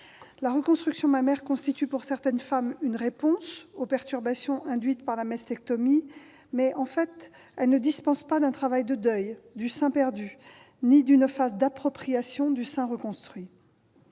La reconstruction mammaire constitue pour certaines femmes une réponse aux perturbations induites par la mastectomie, mais elle ne dispense pas d'un travail de deuil du sein perdu ni d'une phase d'appropriation du sein reconstruit.